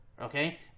okay